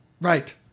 Right